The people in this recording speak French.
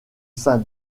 sein